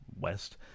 West